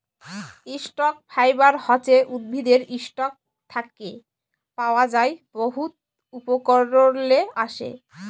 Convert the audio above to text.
stock fibre হছে উদ্ভিদের ইসটক থ্যাকে পাওয়া যার বহুত উপকরলে আসে